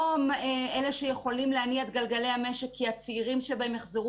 לא אלה שיכולים להניע את גלגלי המשק כי הצעירים שבהם יחזרו